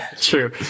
true